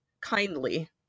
kindly